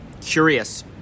curious